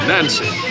Nancy